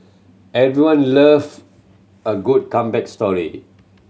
everyone love a good comeback story